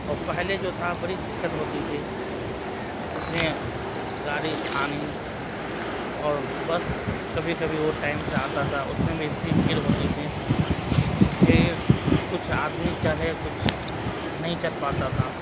اور پہلے جو تھا بڑی دقت ہوتی تھی اتنے گاڑی تھا نہیں اور بس کبھی کبھی وہ ٹائم سے آتا تھا اس میں بھی اتنی بھیڑ ہوتی تھی کہ بھیڑ کچھ آدمی چڑھے کچھ نہیں چڑھ پاتا تھا